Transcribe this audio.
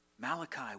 Malachi